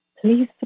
Please